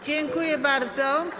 Dziękuję bardzo.